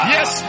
Yes